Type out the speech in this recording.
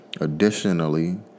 Additionally